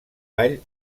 ball